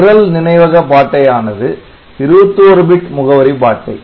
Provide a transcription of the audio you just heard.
நிரல் நினைவக பாட்டையானது 21 பிட் முகவரி பாட்டை